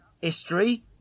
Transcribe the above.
history